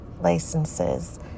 licenses